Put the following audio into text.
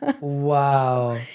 Wow